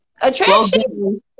Attraction